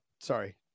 Sorry